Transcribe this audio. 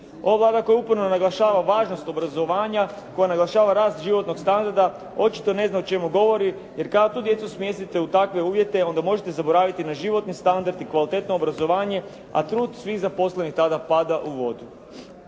Vlada koja upravo naglašava važnost obrazovanja, koja naglašava rast životnog standarda očito ne zna o čemu govori jer kada tu djecu smjestite u takve uvjete onda možete zaboraviti na životni standard i kvalitetno obrazovanje, a trud svih zaposlenih tada pada u vodu.